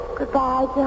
Goodbye